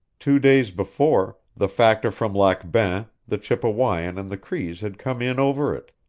two days before, the factor from lac bain, the chippewayan and the crees had come in over it.